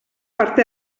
parte